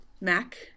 Mac